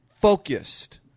Focused